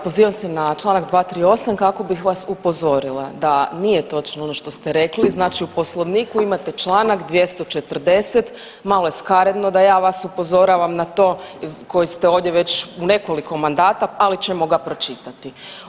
Pozivam se na čl. 238. kako bih vas upozorila da nije točno ono što ste rekli znači u poslovniku imate čl. 240. malo je skaredno da ja vas upozoravam na to koji ste ovdje već u nekoliko mandata, ali ćemo ga pročitati.